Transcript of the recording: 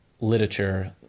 literature